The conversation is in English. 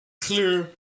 clear